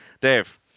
Dave